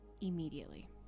immediately